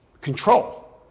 control